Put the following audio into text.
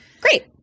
Great